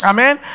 Amen